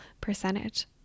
percentage